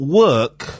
work